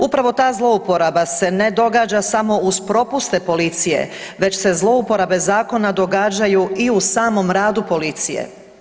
Upravo ta zlouporaba se ne događa samo uz propuste policije, već se zlouporabe zakona događaju i u samom radu policije.